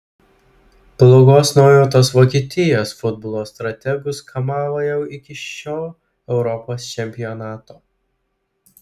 blogos nuojautos vokietijos futbolo strategus kamavo jau iki šio europos čempionato